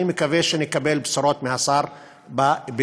אני מקווה שנקבל בשורות מהשר בתשובתו.